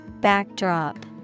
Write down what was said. backdrop